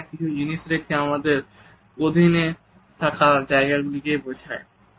সেখানে কিছু জিনিস রেখে আমরা আমাদের অধীনে থাকা জায়গা গুলি কে বোঝাই